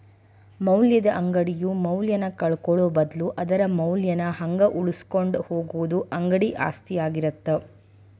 ಮೌಲ್ಯದ ಅಂಗಡಿಯು ಮೌಲ್ಯನ ಕಳ್ಕೊಳ್ಳೋ ಬದ್ಲು ಅದರ ಮೌಲ್ಯನ ಹಂಗ ಉಳಿಸಿಕೊಂಡ ಹೋಗುದ ಅಂಗಡಿ ಆಸ್ತಿ ಆಗಿರತ್ತ